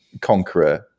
conqueror